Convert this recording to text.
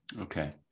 Okay